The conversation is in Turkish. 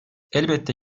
elbette